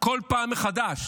כל פעם מחדש.